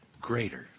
greater